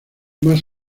más